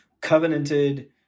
covenanted